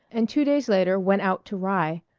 and two days later went out to rye,